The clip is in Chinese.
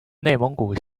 内蒙古